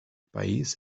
país